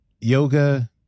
yoga